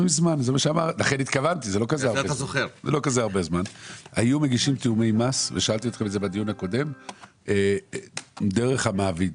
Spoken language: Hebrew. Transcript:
דרך המעביד